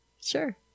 Sure